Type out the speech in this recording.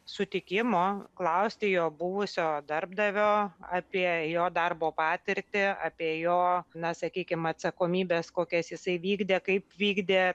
sutikimo klausti jo buvusio darbdavio apie jo darbo patirtį apie jo na sakykim atsakomybes kokias jisai vykdė kaip vykdė